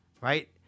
right